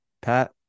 Pat